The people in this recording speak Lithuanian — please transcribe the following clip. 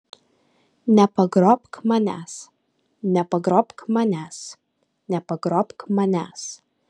nepagrobk manęs nepagrobk manęs nepagrobk manęs